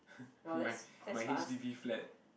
my my h_d_b flat